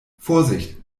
vorsicht